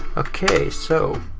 okay, so.